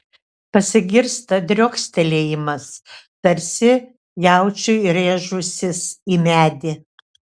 pasigirsta driokstelėjimas tarsi jaučiui rėžusis į medį